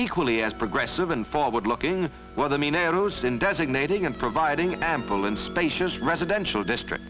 equally as progressive and forward looking where the main arrows in designating and providing ample in spacious residential district